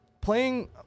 playing